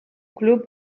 club